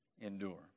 endure